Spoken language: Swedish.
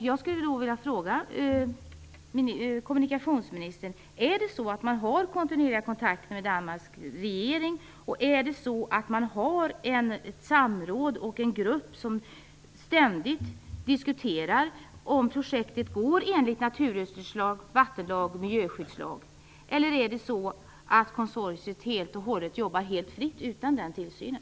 Jag vill fråga kommunikationsministern om ifall regeringen har kontinuerliga kontakter med Danmarks regering. Finns det ett samråd och en grupp som ständigt diskuterar om projektet följer naturresurs-, vatten och miljöskyddslagarna? Eller jobbar konsortiet helt och hållet fritt, utan den tillsynen?